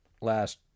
last